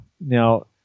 Now